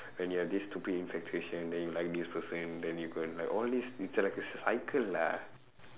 when you have this stupid infatuation then you like this person then you go and like all this is like a cycle lah